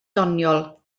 doniol